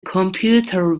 computer